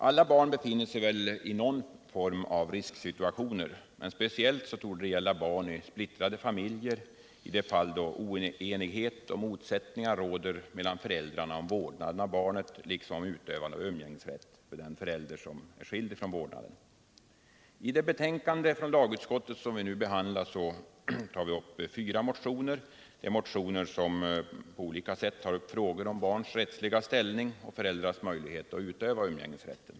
Alla barn befinner sig väl ibland i någon form av risksituation, men speciellt torde det gälla barn i splittrade familjer, i de fall då oenighet och motsättningar råder mellan föräldrarna om vårdnaden av barnet liksom om umgängesrätten för den förälder som är skild från vårdnaden. I lagutskottets betänkande behandlas fyra motioner som på olika sätt tar upp frågor om barns rättsliga ställning och föräldrars möjlighet att utöva umgängesrätt.